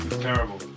Terrible